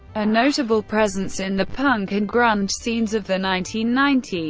a notable presence in the punk and grunge scenes of the nineteen ninety